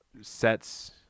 sets